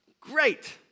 Great